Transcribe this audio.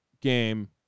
game